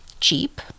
cheap